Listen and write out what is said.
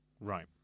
Right